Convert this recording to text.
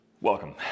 Welcome